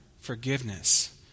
forgiveness